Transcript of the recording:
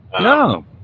No